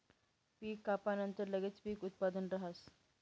पीक कापानंतर लगेच पीक उत्पादन राहस